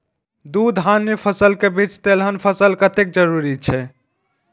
दू धान्य फसल के बीच तेलहन फसल कतेक जरूरी छे?